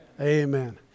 amen